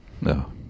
No